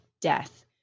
death